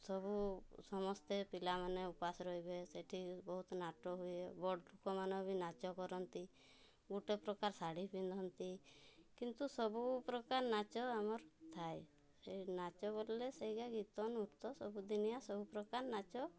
ସବୁ ସମସ୍ତେ ପିଲାମାନେ ଉପାସ ରହିବେ ସେଠି ବହୁତ ନାଟ ହୁଏ ବଡ଼ ଲୁକମାନେ ବି ନାଚ କରନ୍ତି ଗୁଟେ ପ୍ରକାର ଶାଢ଼ୀ ପିନ୍ଧନ୍ତି କିନ୍ତୁ ସବୁ ପ୍ରକାର ନାଚ ଆମର ଥାଏ ସେ ନାଚ ବୋଲେ ସେଇକା ଗୀତ ନୃତ୍ୟ ସବୁ ଦିନିଆଁ ସବୁ ପ୍ରକାର ନାଚ